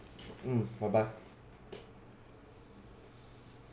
mm bye bye